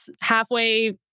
halfway